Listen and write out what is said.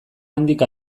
handik